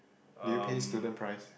do you pay student price